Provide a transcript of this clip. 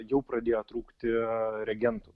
jau pradėjo trūkti reagentų